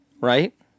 right